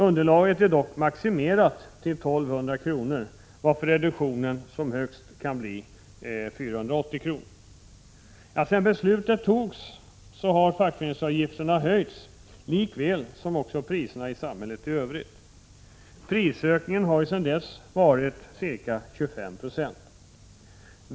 Underlaget är dock maximerat till 1 200 kr., varför reduktionen kan bli högst 480 kr. Sedan beslutet fattades har fackföreningsavgifterna höjts lika väl som priserna i övrigt i samhället. Prisökningen har sedan dess varit ca 25 9.